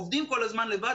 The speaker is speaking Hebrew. עובדים כל הזמן לבד,